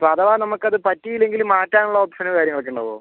ഇപ്പം അഥവാ നമുക്ക് അത് പറ്റിയില്ലെങ്കിൽ മാറ്റാനുള്ള ഓപ്ഷനും കാര്യങ്ങളൊക്കെ ഉണ്ടാവുമോ